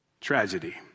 tragedy